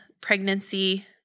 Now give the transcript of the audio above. pregnancy